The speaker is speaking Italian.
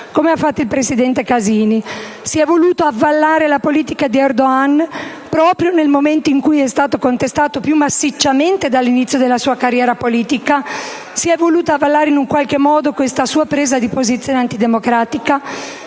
senso diamo a questo annuncio? Si è voluto avallare la politica di Erdogan, proprio nel momento in cui è stato contestato più massicciamente dall'inizio della sua carriera politica, avallando in qualche modo la sua presa di posizione antidemocratica?